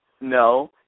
No